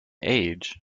age